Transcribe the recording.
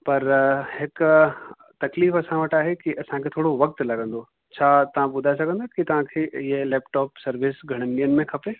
पर हिकु तकलीफ़ असां वटि आहे की असांखे थोरो वक़्तु लॻंदो छा तव्हां ॿुधाए सघंदा की तव्हांखे इअं लैप्टॉप सर्विस घणनि ॾींहंनि में खपे